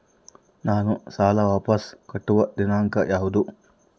ನಾನು ಸಾಲ ವಾಪಸ್ ಕಟ್ಟುವ ದಿನಾಂಕ ಯಾವುದು?